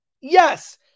Yes